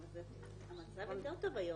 אבל היום המצב יותר טוב,